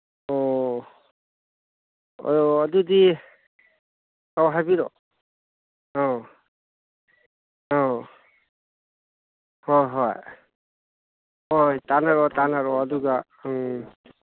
ꯑꯣ ꯑꯣ ꯑꯗꯨꯗꯤ ꯑꯣ ꯍꯥꯏꯕꯤꯔꯛꯑꯣ ꯑꯥ ꯑꯧ ꯍꯣꯏ ꯍꯣꯏ ꯍꯣꯏ ꯇꯥꯅꯔꯣ ꯇꯥꯅꯔꯣ ꯑꯗꯨꯒ ꯎꯝ